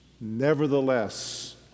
Nevertheless